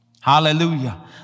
Hallelujah